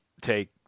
take